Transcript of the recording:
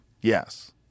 Yes